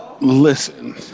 Listen